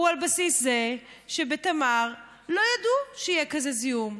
הוא על בסיס זה שבתמר לא ידעו שיהיה כזה זיהום,